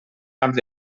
camps